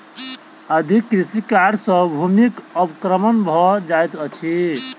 अधिक कृषि कार्य सॅ भूमिक अवक्रमण भ जाइत अछि